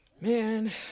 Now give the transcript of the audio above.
man